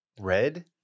Red